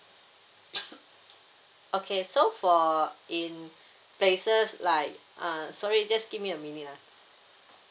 okay so for in places like uh sorry just give me a minute ah